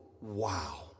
wow